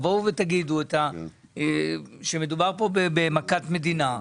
אם תבואו ותגידו שמדובר כאן במכת מדינה,